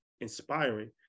inspiring